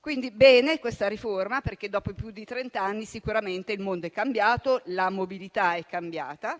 Quindi, bene questa riforma, perché dopo più di trent'anni sicuramente il mondo è cambiato e la mobilità è cambiata.